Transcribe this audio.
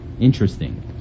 interesting